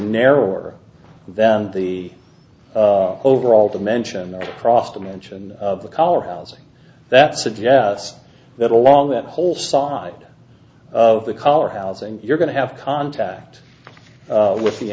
narrower than the overall dimension the cross dimension of the collar housing that suggests that along that whole side of the collar housing you're going to have contact with the